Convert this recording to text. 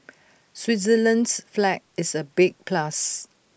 Switzerland's flag is A big plus